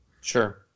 Sure